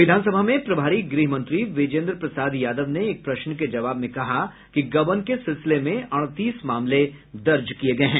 विधानसभा में प्रभारी गृह मंत्री विजेन्द्र प्रसाद यादव ने एक प्रश्न के जवाब में कहा कि गबन के सिलसिले में अड़तीस मामले दर्ज किये गये हैं